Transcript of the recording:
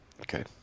Okay